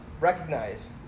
recognize